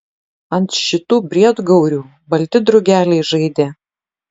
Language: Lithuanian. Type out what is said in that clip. ant šitų briedgaurių balti drugeliai žaidė